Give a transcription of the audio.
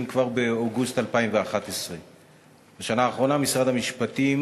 כבר באוגוסט 2011. בשנה האחרונה משרד המשפטים